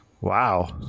Wow